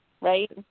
right